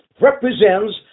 represents